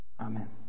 Amen